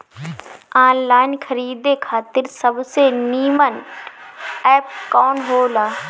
Online खरीदे खातिर सबसे नीमन एप कवन हो ला?